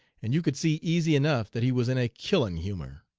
and you could see easy enough that he was in a killin' humor.